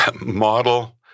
model